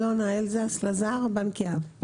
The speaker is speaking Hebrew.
אלונה אלזס לזר, בנק יהב.